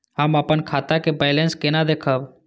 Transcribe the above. हम अपन खाता के बैलेंस केना देखब?